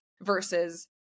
versus